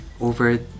over